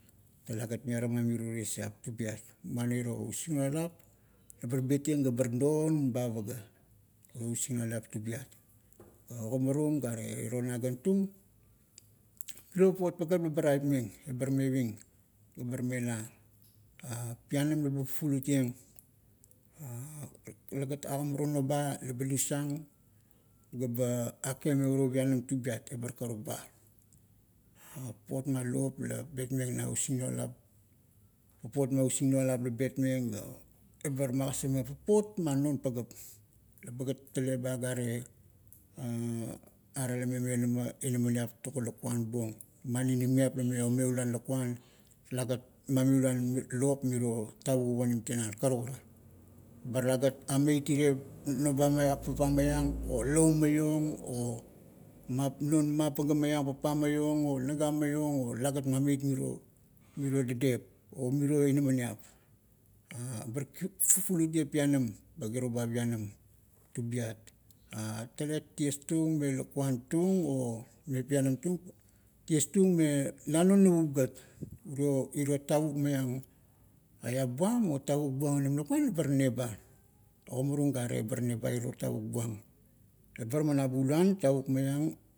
Talagat miaramam mirio tiesiap tubiat, muana iro usingnualap ebar betieng gabar non ba paga. O using nualap tubiat. ogamarung gare, iro nagantung, miro papot pagap labaraipmeng ebar meving, ebar mela. pianam laba fufulutieng lagat agamarung noba laba dusang, gaba ake me uro pianam tubiat. Ebar karuk ba papot ma lop la betmeng na usingnualap, papot ma non pagap. Eba gat tale ba gare, are la me mionama inamaniap togo lakuan buong. Man ninimiap lame omiuluan lakuan, lagat mamiuluan lop miro tavakup onim tinan karukara. Ba talagat ameit irie noba maiang, papa maiang, o lou maiong, a non mapaga maiang, papa maiong, o naga maiong, o lagat mameit miro, mior dadep o miro inaminiap. bar fufulutieng pianam, ba kiro ba pianam tubiat. talet tiestung me lakuan tung, tiestung me na non navup gat. Uro, iro tavuk maiang eap buam o tavuk onim lakuan bar neba. Ogamarung gare bar neba iro tavuk buang. Ebar man abulan tavuk maiang,